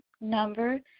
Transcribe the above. number